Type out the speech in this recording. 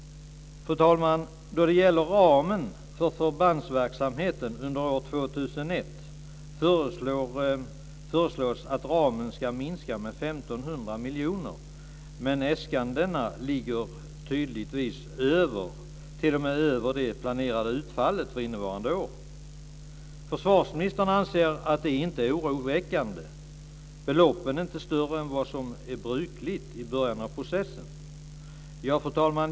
Fru talman! När det gäller ramen för förbandsverksamheten under år 2001 föreslås att denna ram ska minska med 1 500 miljoner. Men äskandena ligger tydligtvis högre, t.o.m. över det planerade utfallet för innevarande år. Försvarsministern anser att detta inte är oroväckande och att beloppen inte är högre än vad som är brukligt i början av processen. Fru talman!